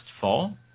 fall